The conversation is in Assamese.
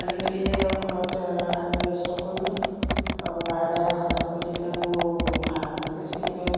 আনি মেলি আৰু ঘৰত আনি ষ্টক কৰি লওঁ আৰু বাৰে বাৰে অহা যোৱা কৰি থাকিলেতো ভাড়াটোও বেছি লাগে